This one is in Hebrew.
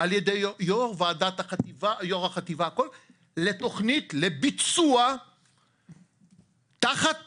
על ידי יו"ר החטיבה, לתכנית לביצוע תחת